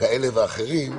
כאלה ואחרים,